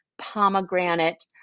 pomegranate